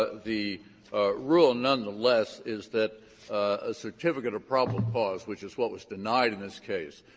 but the rule, nonetheless, is that a certificate of probable cause, which is what was denied in this case,